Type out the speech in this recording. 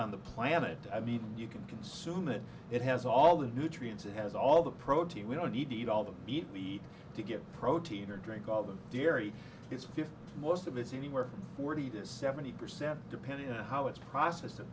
on the planet i mean you can consume it it has all the nutrients it has all the protein we don't need to eat all the meat meat to get protein or drink all the dairy it's fifth most of it's anywhere from forty to seventy percent depending on how it's process